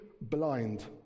blind